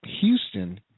Houston